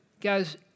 guys